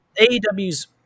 AEW's